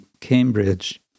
Cambridge